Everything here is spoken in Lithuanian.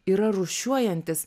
yra rūšiuojantis